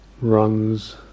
runs